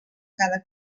cada